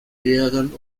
leeren